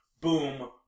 boom